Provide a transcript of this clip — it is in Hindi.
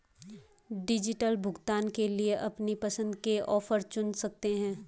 डिजिटल भुगतान के लिए अपनी पसंद के ऑफर चुन सकते है